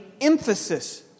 emphasis